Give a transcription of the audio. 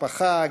משפחה,